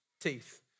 teeth